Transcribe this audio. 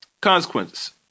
Consequences